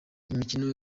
imikino